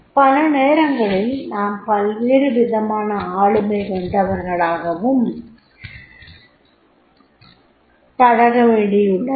பல நேரங்களில் நாம் பல்வேறு விதமான ஆளுமை கொண்டவர்களுடன் பழகவேண்டியுள்ளது